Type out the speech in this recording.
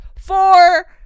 Four